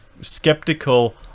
skeptical